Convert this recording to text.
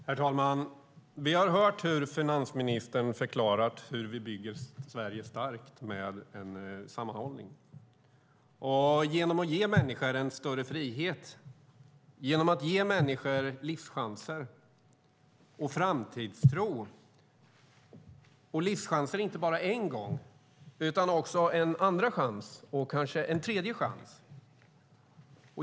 Herr talman! Vi har hört finansministern förklara hur vi bygger Sverige starkt med sammanhållning och genom att ge människor större frihet, framtidstro och livschanser, inte bara en första chans utan en andra och kanske en tredje chans.